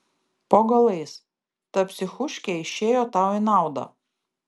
po galais ta psichuškė išėjo tau į naudą